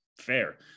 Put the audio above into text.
fair